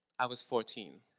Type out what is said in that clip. i was fourteen